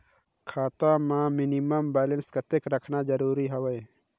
खाता मां minimum balance कतेक रखना जरूरी हवय?